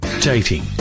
dating